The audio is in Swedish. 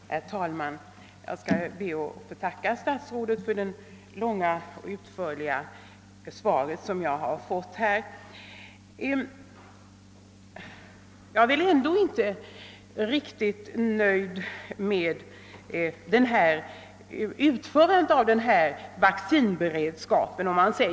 Herr talman! Jag ber att få tacka statsrådet för det långa och utförliga svar jag fått på min fråga. Jag är ändå inte riktigt nöjd med utformningen av vaccinberedskapen.